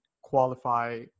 qualify